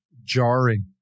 Jarring